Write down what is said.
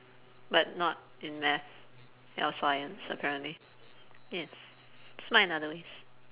but not in math or science apparently ya smart in other ways